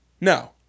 No